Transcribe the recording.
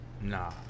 Nah